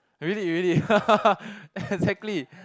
really really exactly